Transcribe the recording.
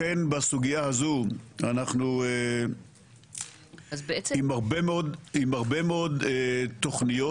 לכן בסוגיה הזו אנחנו עם הרבה מאוד תוכניות.